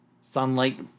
sunlight